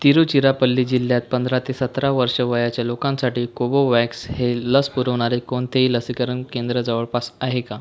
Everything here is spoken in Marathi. तिरुचिरापल्ली जिल्ह्यात पंधरा ते सतरा वर्ष वयाच्या लोकांसाठी कोवोवॅक्स हे लस पुरवणारे कोणतेही लसीकरण केंद्र जवळपास आहे का